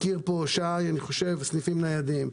הזכירו פה סניפים ניידים.